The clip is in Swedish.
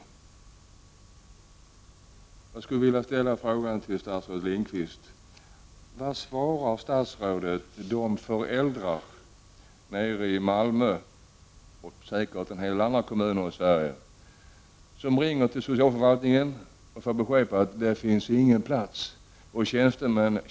Jag skulle vilja fråga statsrådet Lindqvist: Vilket svar ger statsrådet till de föräldrar nere i Malmö — säkert gäller det också föräldrar i en hel del andra kommuner i Sverige — som ringer till socialförvaltningen och får beskedet att det inte finns någon plats inom barnomsorgen?